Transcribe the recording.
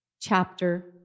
Chapter